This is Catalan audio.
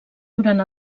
durant